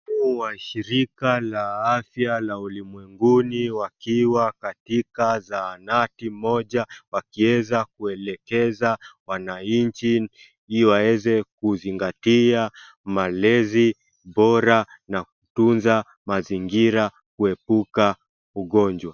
Mkuu wa shirika la afya la ulimwenguni wakiwa katika zahanati moja wakieza kuelekeza wananchi ili waeze kuzingatia malezi bora na kutunza mazingira kuepuka ugonjwa.